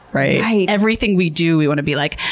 right? everything we do, we want to be like,